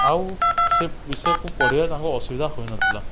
ଆଉ ସେ ବିଷୟକୁ ପଢ଼ିବା ତାଙ୍କୁ ଅସୁବିଧା ହୋଇନଥିଲା